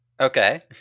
Okay